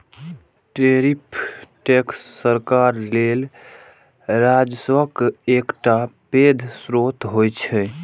tariff tax सरकार लेल राजस्वक एकटा पैघ स्रोत होइ छै